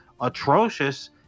atrocious